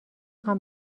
خوام